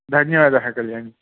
धन्यवादः कल्याणि